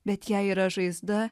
bet jei yra žaizda